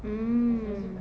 mm